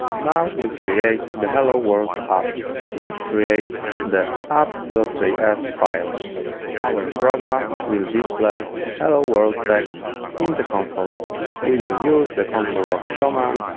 now we create the hello world app let's create the app the app js file our program will display hello world text in the console we will use the console log command